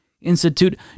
institute